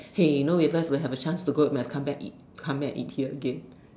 hey you know if us will have a chance to go might have come back eat come back eat here again